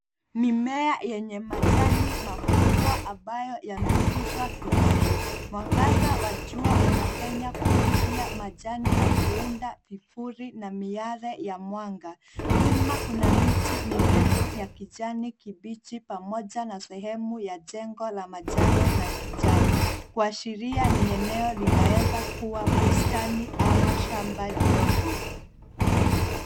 Mimea yenye majani makubwa ambayo yamekuzwa vizuri. Mwangaza wa jua unapenya kupitia majani na kuunda vivuli na miale ya mwanga. Nyuma kuna miti mirefu ya kijani kibichi pamoja na sehemu ya jengo la manjano na kijani kuashiria ni eneo linaweza kuwa bustani ama shamba dogo.